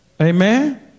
Amen